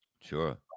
Sure